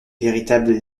véritable